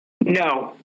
No